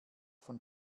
von